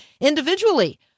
individually